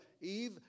Eve